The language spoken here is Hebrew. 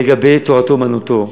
לגבי תורתו-אומנותו,